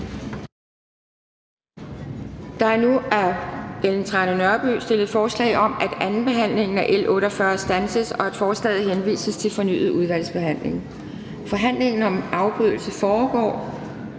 Nørby, Venstre, stillet forslag om, at andenbehandlingen af L 48 standses, og at forslaget henvises til fornyet udvalgsbehandling. Forhandlingen om afbrydelse foregår,